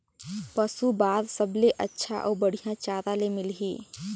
पशु बार सबले अच्छा अउ बढ़िया चारा ले मिलही?